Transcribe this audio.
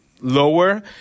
lower